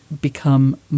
become